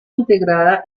integrada